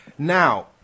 Now